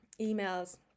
emails